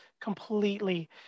completely